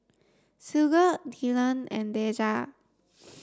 Sigurd Dillan and Deja